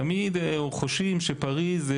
תמיד חושבים שפריז,